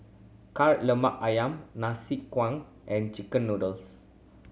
Kari Lemak Ayam nasi and chicken noodles